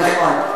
נכון.